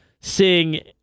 sing